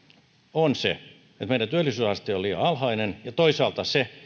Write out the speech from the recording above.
on se että meidän työllisyysaste on liian alhainen ja toisaalta se